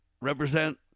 represent